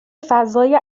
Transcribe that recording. فضای